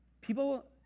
People